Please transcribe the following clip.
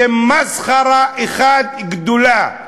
זה מסחרה אחת גדולה.